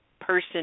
person